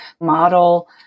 model